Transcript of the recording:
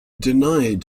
denied